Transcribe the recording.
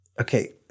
okay